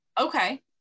Okay